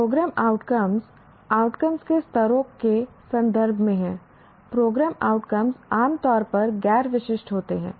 programme outcome outcome के स्तरों के संदर्भ में हैं प्रोग्राम आउटकम आम तौर पर गैर विशिष्ट होते हैं